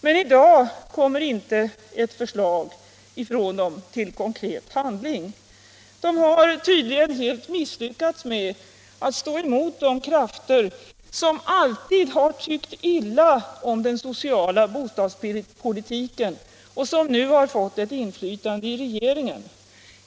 Men i dag kommer inte ett förslag från dem till konkret handling. De har tydligen helt misslyckats med att stå emot de krafter som alltid har tyckt illa om den sociala bostadspolitiken och som nu har fått ett inflytande i regeringen.